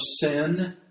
sin